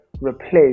replace